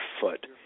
foot